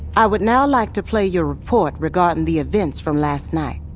i would now like to play your report regarding the events from last night